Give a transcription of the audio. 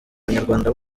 abanyarwanda